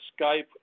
Skype